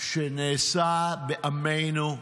שנעשה בעמנו,